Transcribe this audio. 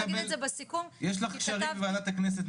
יש לך קשרים בוועדת הכנסת,